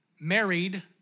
married